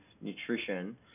nutrition